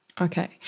Okay